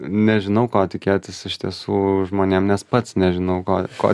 nežinau ko tikėtis iš tiesų žmonėm nes pats nežinau ko ko